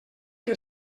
que